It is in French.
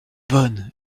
bonne